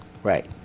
Right